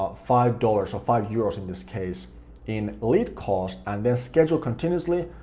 five dollars or five euros in this case in lead cost and then schedule continuously,